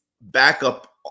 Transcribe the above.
backup